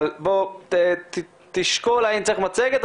אבל בוא תשקול האם צריך מצגת,